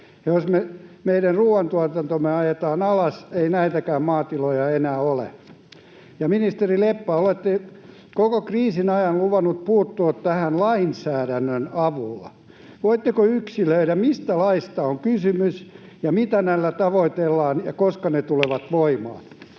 Jos meidän ruoantuotantomme ajetaan alas, ei näitäkään maatiloja enää ole. Ministeri Leppä, olette koko kriisin ajan luvannut puuttua tähän lainsäädännön avulla. Voitteko yksilöidä, mistä laeista on kysymys ja mitä näillä tavoitellaan ja koska ne tulevat voimaan?